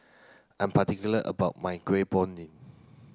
I'm particular about my